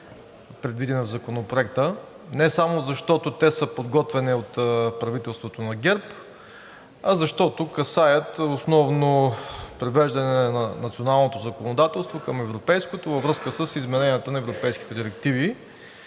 предвидени в Законопроекта, не само защото те са подготвени от правителството на ГЕРБ, а защото касаят основно привеждане на националното законодателство към европейското във връзка с измененията на европейските директиви